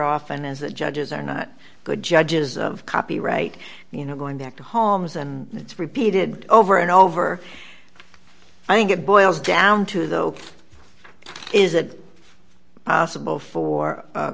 often is that judges are not good judges of copyright and you know going back to holmes and it's repeated over and over i think it boils down to though is it possible for